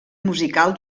musical